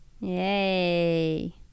Yay